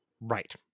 Right